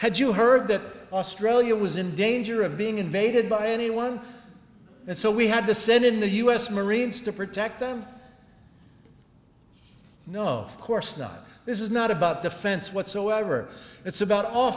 had you heard that australia was in danger of being invaded by anyone and so we had to send in the us marines to protect them no of course not this is not about the fence whatsoever it's about o